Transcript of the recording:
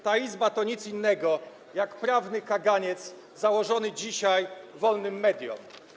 Ta izba to nic innego jak prawny kaganiec założony dzisiaj wolnym mediom.